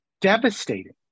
devastating